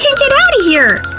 get outta here!